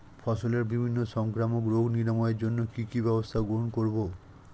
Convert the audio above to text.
ফসলের বিভিন্ন সংক্রামক রোগ নিরাময়ের জন্য কি কি ব্যবস্থা গ্রহণ করব?